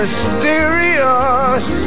Mysterious